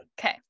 okay